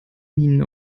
minen